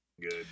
good